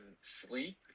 sleep